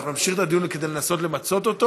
אנחנו נמשיך את הדיון כדי לנסות למצות אותו.